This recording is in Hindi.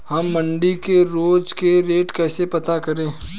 हम मंडी के रोज के रेट कैसे पता करें?